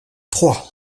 trois